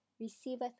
receiveth